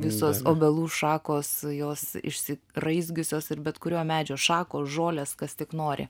visos obelų šakos jos išsiraizgiusios ir bet kurio medžio šakos žolės kas tik nori